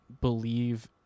believe